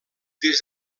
des